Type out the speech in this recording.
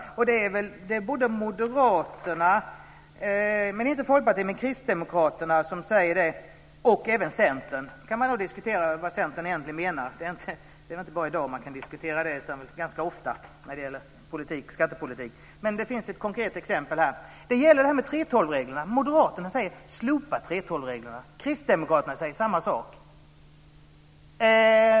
Det är vad Moderaterna, inte Folkpartiet, men Kristdemokraterna och även Centern säger. Man kan diskutera vad Centern egentligen menar, men det är inte bara i dag man kan diskutera det utan ganska ofta när det gäller skattepolitik. Det finns ett konkret exempel här. Det gäller de s.k. 3:12-reglerna. Moderaterna säger: Slopa 3:12-reglerna! Kristdemokraterna säger samma sak.